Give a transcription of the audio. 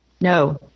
No